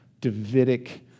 Davidic